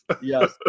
Yes